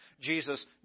Jesus